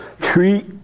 treat